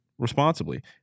responsibly